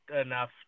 enough